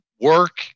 work